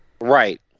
Right